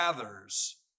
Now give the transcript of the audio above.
gathers